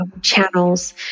Channels